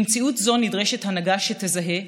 במציאות זו נדרשת הנהגה שתזהה,